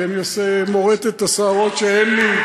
כי אני מורט את השערות שאין לי.